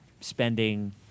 spending